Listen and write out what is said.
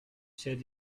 said